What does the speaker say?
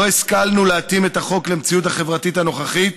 לא השכלנו להתאים את החוק למציאות החברתית הנוכחית,